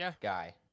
guy